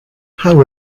how